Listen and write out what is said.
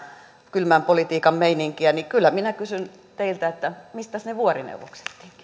kylmän politiikan meininkiä niin kyllä minä kysyn teiltä että mistäs ne vuorineuvokset